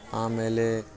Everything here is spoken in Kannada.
ಆಮೇಲೆ